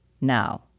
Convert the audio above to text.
now